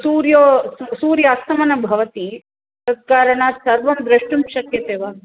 सूर्यो सूर्यास्तमनं भवति तत्कारणात् सर्वं दृष्टुं शक्यते वा